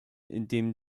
indem